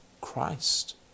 Christ